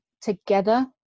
together